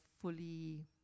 fully